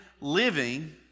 living